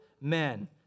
men